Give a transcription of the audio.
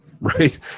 right